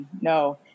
no